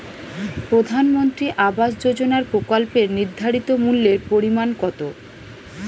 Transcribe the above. প্রধানমন্ত্রী আবাস যোজনার প্রকল্পের নির্ধারিত মূল্যে পরিমাণ কত?